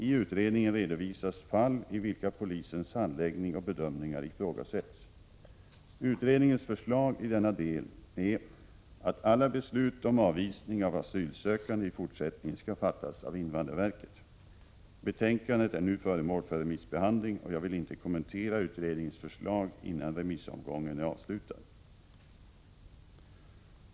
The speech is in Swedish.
I utredningen redovisas fall i vilka polisens handläggning och bedömningar ifrågasätts. Utredningens förslag i denna del är att alla beslut om avvisning av asylsökande i fortsättningen skall fattas av invandrarverket. Betänkandet är nu föremål för remissbehandling och jag vill inte kommentera utredningens förslag innan remissomgången är avslutad.